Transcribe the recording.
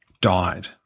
died